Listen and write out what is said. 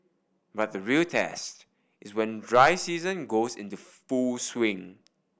but the real test is when dry season goes into full swing